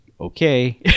okay